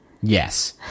yes